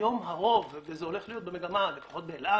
היום, הרוב וזה הולך להיות במגמה, לפחות באל על